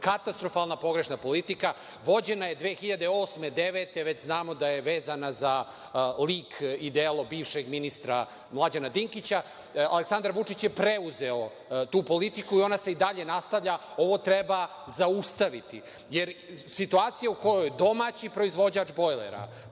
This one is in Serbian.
katastrofalno pogrešna politika. Vođena je 2008. i 2009. godine. Već znamo za lik i delo bivšeg ministra Mlađana Dinkića. Aleksandar Vučić je preuzeo tu politiku i ona se i dalje nastavlja. Ovo treba zaustaviti jer situacija u kojoj domaći proizvođač bojlera